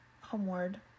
homeward